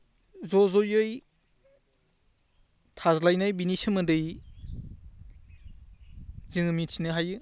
ज' ज'यै थाज्लायनाय बिनि सोमोन्दै जोङो मिथिनो हायो